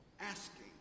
asking